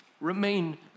remain